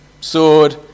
sword